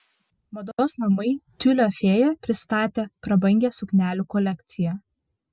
mados namai tiulio fėja pristatė prabangią suknelių kolekciją